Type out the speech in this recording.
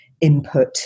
input